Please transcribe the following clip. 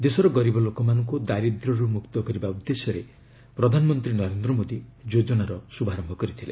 ଦେଶର ଗରିବ ଲୋକମାନଙ୍କୁ ଦାରିଦ୍ର୍ୟରୁ ମୁକ୍ତ କରିବା ଉଦ୍ଦେଶ୍ୟରେ ପ୍ରଧାନମନ୍ତ୍ରୀ ନରେନ୍ଦ୍ର ମୋଦି ଯୋଜନାର ଶୁଭାର୍ୟ କରିଥିଲେ